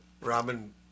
Robin